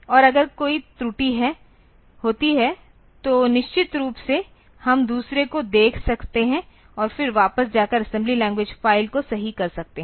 और अगर कोई त्रुटि होती है तो निश्चित रूप से हम दूसरे को देख सकते हैं और फिर वापस जाकर असेंबली लैंग्वेज फ़ाइल को सही कर सकते हैं